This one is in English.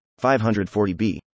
540B